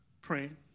praying